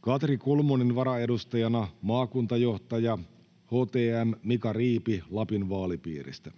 Katri Kulmunin varaedustajana maakuntajohtaja, HTM Mika Riipi Lapin vaalipiiristä,